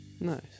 nice